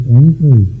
angry